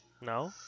No